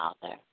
Father